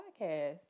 podcast